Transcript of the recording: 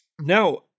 Now